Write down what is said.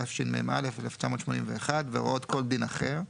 התשמ"א 1981, והוראות כל דין אחר,